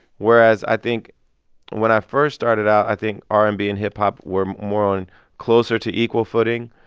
whereas i think when i first started out, i think r and b and hip-hop were more on closer to equal footing.